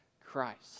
Christ